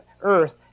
earth